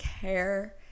care